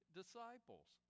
disciples